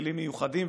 וכלים מיוחדים,